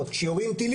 איך אמרת?